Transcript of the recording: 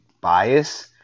bias